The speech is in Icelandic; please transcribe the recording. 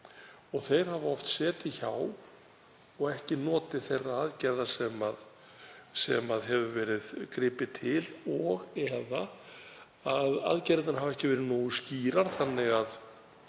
Þeir hafa oft setið hjá og ekki notið þeirra aðgerða sem hefur verið gripið til og/eða að aðgerðirnar hafi ekki verið nógu skýrar þannig að